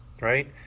Right